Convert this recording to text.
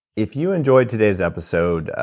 if you enjoyed today's episode,